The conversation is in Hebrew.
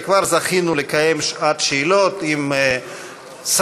וכבר זכינו לקיים שעת שאלות עם שרים,